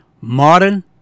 modern